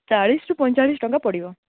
ଚାଳିଶରୁ ପଇଁଚାଳିଶ ଟଙ୍କା ପଡ଼ିବ